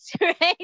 right